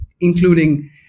including